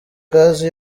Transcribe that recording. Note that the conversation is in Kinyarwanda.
gazi